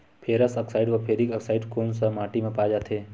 Ferrous oxide व ferric oxide कोन सा माटी म पाय जाथे?